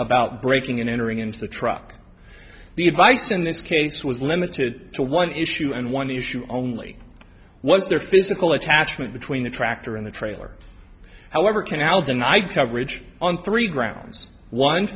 about breaking and entering into the truck the advice in this case was limited to one issue and one issue only was their physical attachment between the tractor and the trailer however can now deny coverage on three grounds on